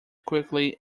quickly